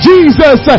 Jesus